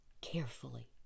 carefully